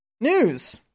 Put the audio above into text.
News